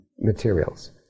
materials